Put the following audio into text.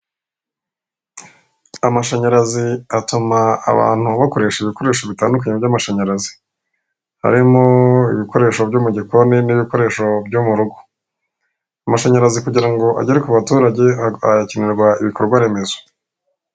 Amashanyarazi atuma abantu bakoresha ibikoresho bitandukanye by'amashanyarazi, harimo ibikoresho byo mu gikoni n'ibikoresho byo mu rugo. Amashanyarazi kugira ngo agere ku baturage ha hakenerwa ibikorwaremezo.